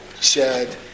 shared